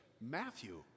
Matthew